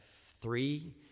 three